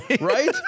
Right